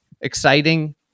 exciting